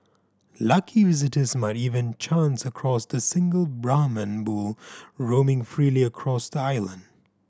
lucky visitors might even chance across the single Brahman bull roaming freely across the island